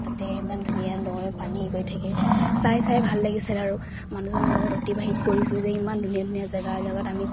তাতে ইমান ধুনীয়া নৈ পানী গৈ থাকে চাই চাই ভাল লাগিছিল আৰু মানুহজনৰ লগত অতিবাহিত কৰিছো যে ইমান ধুনীয়া ধুনীয়া জেগাৰ লগত আমি